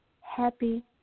happy